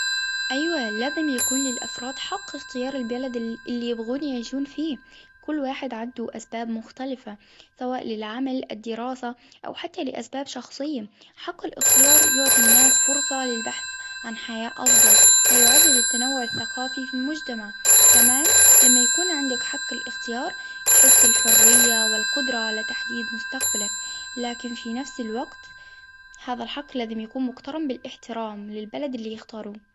أيوة لازم يكون للأفراد حق إختيار البلد اللي -اللي يبغون يعيشون فيه، كل واحد عنده أسباب مختلفة سواء للعمل الدراسة أو حتى لأسباب شخصية، حق الإختيار يعطي الناس فرصة للبحث عن حياة أفضل، ويعزز التنوع الثقافي في المجتمع، كمان لما عندك حق الإختيار تحس بالحرية والقدرة على تحديد مستقبلك. لكن في نفس الوقت هذا الحق لازم يكون مقترن بالإحترام للبلد اللي يختاروه.